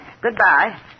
goodbye